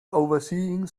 overseeing